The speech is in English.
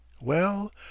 Well